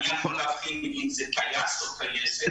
אני יכול להבחין אם מדובר בטייס או בטייסת,